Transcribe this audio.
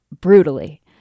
brutally